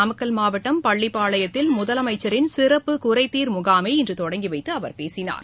நாமக்கல் மாவட்டம் பள்ளிபாளையத்தில் முதலமைச்சின் சிறப்பு குறைதீர் முகாமை இன்று தொடங்கி வைத்து அவர் பேசினார்